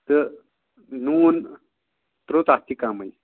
تہٕ نوٗن ترٛوو تَتھ تہِ کَمٕے